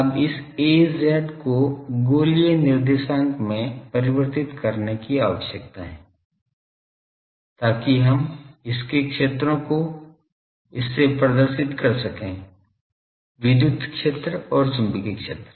अब इस Az को गोलीय निर्देशांक में परिवर्तित करने की आवश्यकता है ताकि हम इसके क्षेत्रों को इससे प्रदर्शित कर सकें विद्युत क्षेत्र और चुंबकीय क्षेत्र